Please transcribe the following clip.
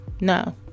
no